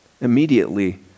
Immediately